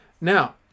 now